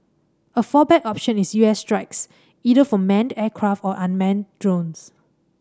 a fallback option is U S strikes either from manned aircraft or unmanned drones